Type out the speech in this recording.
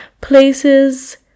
Places